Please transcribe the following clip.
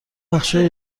بخشهای